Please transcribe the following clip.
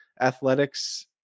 athletics